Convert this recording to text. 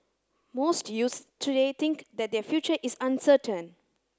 most youths today think that their future is uncertain